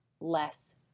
less